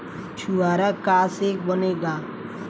छुआरा का से बनेगा?